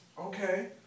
Okay